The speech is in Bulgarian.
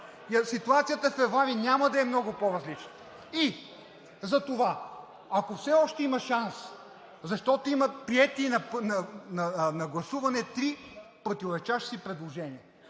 Ситуацията месец февруари няма да е много по-различна. Затова, ако все още има шанс, защото има приети на гласуване три противоречащи си предложения,